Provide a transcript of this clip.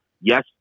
Yes